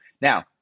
Now